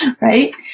right